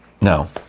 No